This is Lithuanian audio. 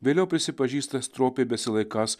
vėliau prisipažįsta stropiai besilaikąs